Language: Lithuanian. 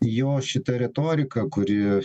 jo šita retorika kuri